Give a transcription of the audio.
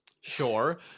Sure